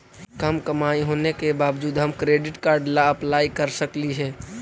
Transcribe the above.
कम कमाई होने के बाबजूद हम क्रेडिट कार्ड ला अप्लाई कर सकली हे?